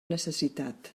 necessitat